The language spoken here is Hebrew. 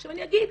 אני אגיד,